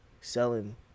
Selling